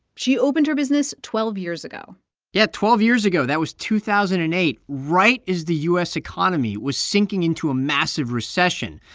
she opened her business twelve years ago yeah, twelve years ago that was two thousand and eight right as the u s. economy was sinking into a massive recession.